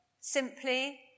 simply